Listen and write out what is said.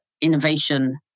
innovation